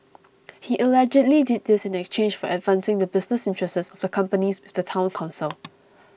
he allegedly did this in exchange for advancing the business interests of the companies with the Town Council